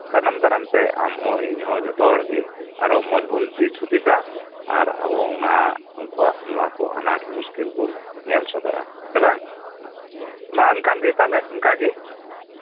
ᱛᱟᱭᱱᱚᱢ ᱫᱟᱨᱟᱢᱛᱮ ᱟᱢᱦᱚᱸ ᱤᱧᱦᱚᱸ ᱡᱚᱛᱚ ᱦᱚᱲᱜᱮ ᱟᱨᱦᱚᱸ ᱢᱚᱸᱡ ᱵᱚᱱ ᱫᱤᱥ ᱦᱩᱫᱤᱥᱟ ᱟᱨ ᱟᱵᱚ ᱩᱱᱠᱩᱣᱟᱜ ᱱᱚᱣᱟ ᱠᱚ ᱟᱱᱟᱴ ᱢᱩᱥᱠᱤᱞ ᱵᱚᱱ ᱧᱮᱞ ᱥᱚᱫᱚᱨᱟ ᱵᱟᱝ ᱢᱟ ᱮᱱᱠᱷᱟᱱ ᱜᱮ ᱛᱟᱦᱞᱮ ᱤᱱᱠᱟ ᱜᱮ